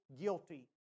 guilty